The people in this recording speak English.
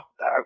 no